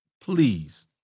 please